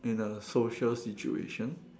in a social situation